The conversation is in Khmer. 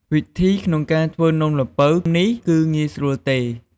វិធីក្នុងការធ្វើនំល្ពៅនេះគឺងាយស្រួលទេ។